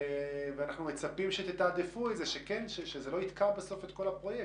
ואנחנו מצפים שתתעדפו את זה שזה לא יתקע בסוף את כל הפרויקט.